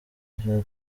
kuko